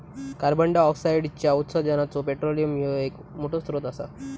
कार्बंडाईऑक्साईडच्या उत्सर्जानाचो पेट्रोलियम ह्यो एक मोठो स्त्रोत असा